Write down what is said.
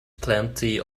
plenty